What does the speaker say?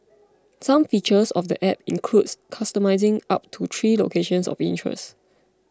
some features of the app includes customising up to three locations of interest